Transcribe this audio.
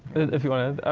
if you want to